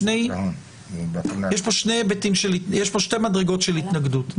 יש כאן שתי מדרגות של התנגדות.